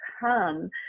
come